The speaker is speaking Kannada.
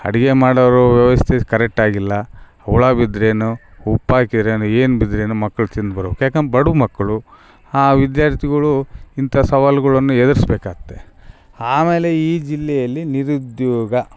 ಅಡ್ಗೆ ಮಾಡೋರು ವ್ಯವಸ್ಥೆ ಕರೆಟ್ಟಾಗಿಲ್ಲ ಹುಳ ಬಿದ್ರೆನು ಉಪ್ಪು ಹಾಕಿರೆನು ಏನು ಬಿದ್ರೆ ಮಕ್ಕಳು ತಿಂದ್ಬರಕು ಯಾಕಂದ್ರೆ ಬಡೂರು ಮಕ್ಕಳು ಆ ವಿದ್ಯಾರ್ಥಿಗಳು ಇಂಥ ಸವಾಲುಗಳನ್ನು ಎದುರ್ಸ್ಬೆಕಾತ್ತೆ ಆಮೇಲೆ ಈ ಜಿಲ್ಲೆಯಲ್ಲಿ ನಿರುದ್ಯೋಗ